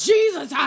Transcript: Jesus